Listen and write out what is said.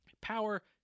Power